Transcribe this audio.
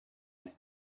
men